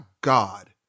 God